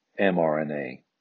mRNA